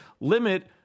limit